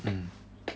mm